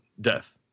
death